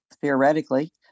theoretically